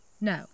No